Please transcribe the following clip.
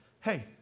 hey